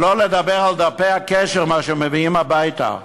שלא לדבר על דפי הקשר, מה שמביאים הביתה.